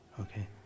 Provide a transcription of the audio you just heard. Okay